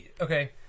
okay